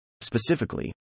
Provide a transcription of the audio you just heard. Specifically